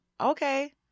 Okay